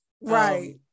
Right